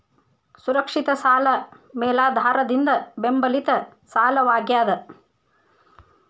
ಸುರಕ್ಷಿತ ಸಾಲ ಮೇಲಾಧಾರದಿಂದ ಬೆಂಬಲಿತ ಸಾಲವಾಗ್ಯಾದ